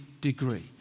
degree